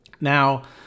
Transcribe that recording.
Now